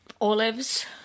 Olives